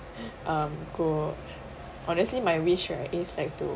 um go honestly my wish right is like to